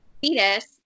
fetus